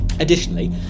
Additionally